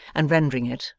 and rendering it,